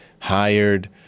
Hired